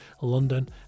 London